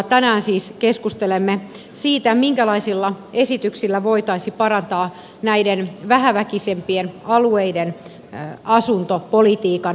tänään siis keskustelemme siitä minkälaisilla esityksillä voitaisiin parantaa näiden vähäväkisempien alueiden asuntopolitiikan edellytyksiä